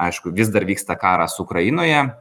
aišku vis dar vyksta karas ukrainoje